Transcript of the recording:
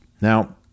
Now